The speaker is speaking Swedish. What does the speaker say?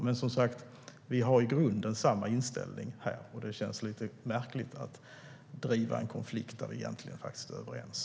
Men, som sagt, vi har i grunden samma inställning, och det känns lite märkligt att driva en konflikt där vi egentligen är överens.